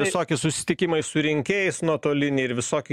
visokie susitikimai su rinkėjais nuotoliniai ir visoki